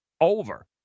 over